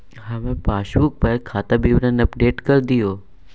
हमर पासबुक पर खाता विवरण अपडेट कर दियो